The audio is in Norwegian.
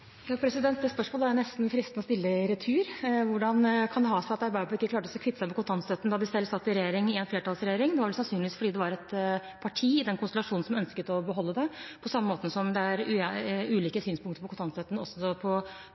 Det spørsmålet er det nesten fristende å sende i retur: Hvordan kan det ha seg at Arbeiderpartiet ikke klarte å kvitte seg med kontantstøtten da de selv satt i regjering – i en flertallsregjering? Det var sannsynligvis fordi det var et parti i den konstellasjonen som ønsket å beholde den, på samme måte som det er ulike synspunkter på kontantstøtten også på